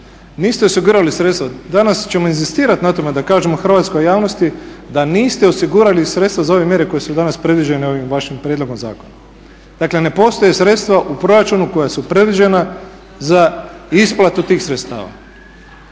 niste osigurali sredstva. Danas ćemo inzistirati na tome da kažemo hrvatskoj javnosti da niste osigurali sredstva za ove mjere koje su danas predviđene ovim vašim prijedlogom zakona. Dakle, ne postoje sredstva u proračuna koja su predviđena za isplatu tih sredstava.